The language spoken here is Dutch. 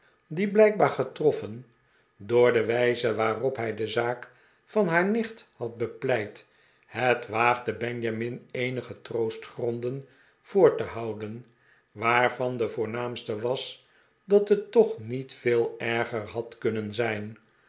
die blijkbaar getroffen door de wijze waarop hij de zaak van haar nicht had bepleit het waagde benjamin eenige troostgronden voor te houden waarvan de voornaamste was dat het toch hog veel erger had kunnen zijn